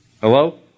Hello